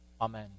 Amen